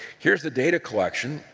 here's the data collection.